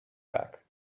back